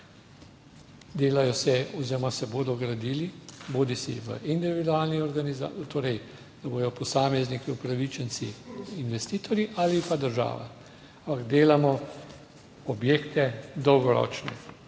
delajo se oziroma se bodo gradili bodisi v individualni organiz..., torej, da bodo posamezniki upravičenci investitorji ali pa država, ampak delamo objekte dolgoročne